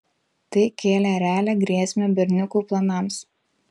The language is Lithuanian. tai kėlė realią grėsmę berniukų planams